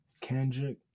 Kendrick